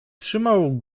trzymał